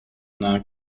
non